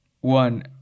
One